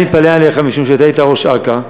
אני מתפלא עליך משום שאתה היית ראש אכ"א.